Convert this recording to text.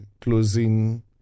closing